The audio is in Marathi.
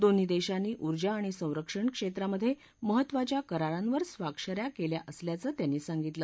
दोन्ही देशांनी ऊर्जा आणि संरक्षण क्षेत्रामधे महत्त्वाच्या करारांवर स्वाक्षऱ्या केल्या असल्याचं त्यांनी सांगितलं